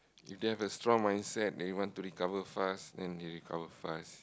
if they have a strong mindset then he want to recover fast then he recover fast